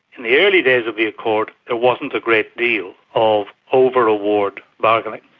in the early days of the accord there wasn't a great deal of over-award bargaining.